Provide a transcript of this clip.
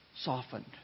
softened